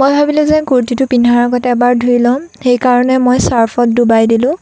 মই ভাবিলোঁ যে কুৰ্তিটো পিন্ধাৰ আগত এবাৰ ধুই ল'ম সেইকাৰণে মই চাৰ্ফত ডুবাই দিলোঁ